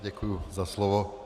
Děkuji za slovo.